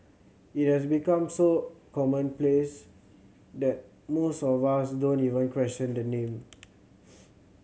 it has become so commonplace that most of us don't even question the name